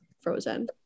Frozen